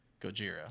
Gojira